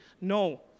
no